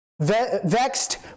vexed